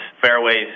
fairways